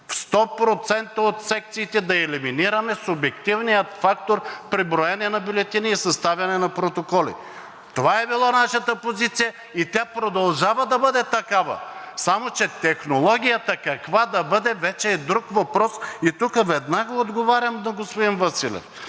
в 100% от секциите, да елиминираме субективния фактор при броене на бюлетини и съставяне на протоколи. Това е била нашата позиция и тя продължава да бъде такава, само че технологията каква да бъде, вече е друг въпрос. И тук веднага отговарям на господин Василев.